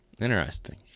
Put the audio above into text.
Interesting